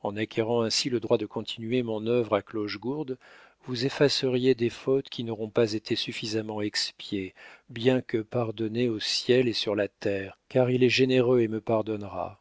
en acquérant ainsi le droit de continuer mon œuvre à clochegourde vous effaceriez des fautes qui n'auront pas été suffisamment expiées bien que pardonnées au ciel et sur la terre car il est généreux et me pardonnera